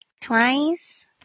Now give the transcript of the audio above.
Twice